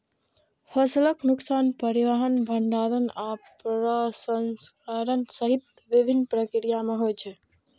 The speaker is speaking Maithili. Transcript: फसलक नुकसान परिवहन, भंंडारण आ प्रसंस्करण सहित विभिन्न प्रक्रिया मे होइ छै